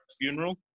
funeral